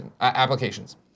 applications